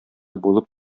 булып